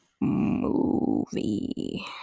movie